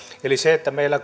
eli se että meillä